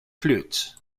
flutes